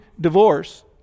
divorce